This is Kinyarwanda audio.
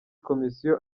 komisiyo